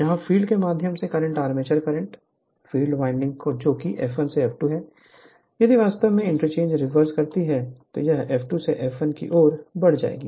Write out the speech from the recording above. यहाँ फ़ील्ड के माध्यम से current armature current field winding जो F1 से F2 है यदि वास्तव में इंटरचेंज रिवर्स करती है तो यह F2 से F1 की ओर बढ़ जाएगी